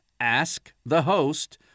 askthehost